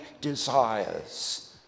desires